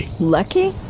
Lucky